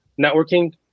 networking